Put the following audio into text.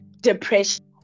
depression